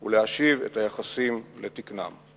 הוא להשיב את היחסים לתקנם.